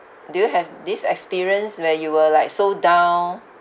do you have this experience where you were like so down